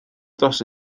dros